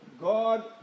God